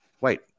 wait